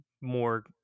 more